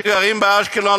שגרים באשקלון,